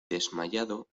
desmayado